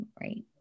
Right